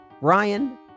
Ryan